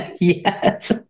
Yes